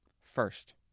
first